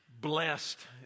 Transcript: blessed